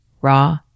raw